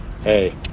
Hey